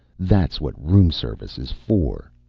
that's what room service is for!